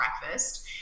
breakfast